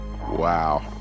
Wow